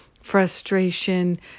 Frustration